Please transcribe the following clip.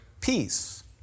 peace